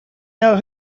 know